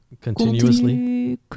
continuously